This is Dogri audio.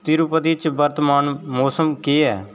तिरुपति च वर्तमान मौसम केह् ऐ